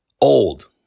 old